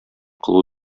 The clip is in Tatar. кылу